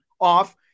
off